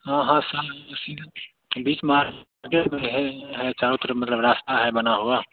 हाँ हाँ सा सीधा की बीच मार्केट में है है चारों तरफ मतलब रास्ता है बना हुआ